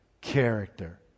character